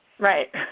right.